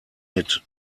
mit